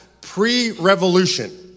pre-revolution